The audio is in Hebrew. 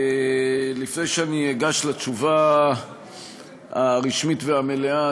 לפני שאני אגש לתשובה הרשמית והמלאה,